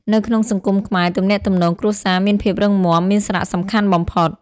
នៅក្នុងសង្គមខ្មែរ ទំនាក់ទំនងគ្រួសារមានភាពរឹងមាំ មានសារៈសំខាន់បំផុត។